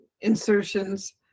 insertions